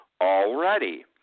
already